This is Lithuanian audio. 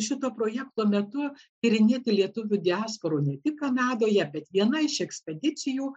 šito projekto metu tyrinėti lietuvių diasporų ne tik kanadoje bet viena iš ekspedicijų